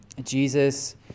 Jesus